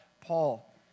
Paul